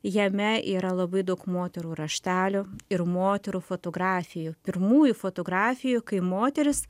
jame yra labai daug moterų raštelių ir moterų fotografijų pirmųjų fotografijų kai moterys